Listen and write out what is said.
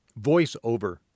voiceover